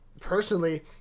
personally